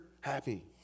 happy